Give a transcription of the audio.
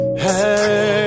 Hey